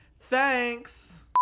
Thanks